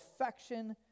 affection